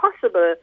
possible